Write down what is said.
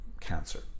cancer